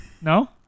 no